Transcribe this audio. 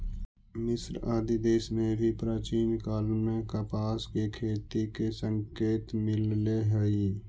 मिस्र आदि देश में भी प्राचीन काल में कपास के खेती के संकेत मिलले हई